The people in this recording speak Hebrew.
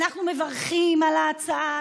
אנחנו מברכים על ההצעה,